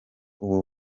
ubu